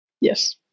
Yes